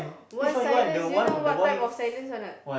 want silence you know what type of silence or not